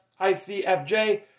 ICFJ